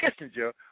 Kissinger